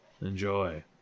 Enjoy